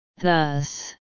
Thus